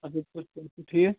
اصٕل پٲٹھۍ صحت چھُو ٹھیٖک